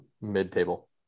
Mid-table